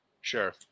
Sure